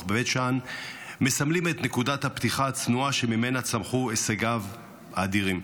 בבית שאן מסמלים את נקודת הפתיחה הצנועה שממנה צמחו הישגיו האדירים.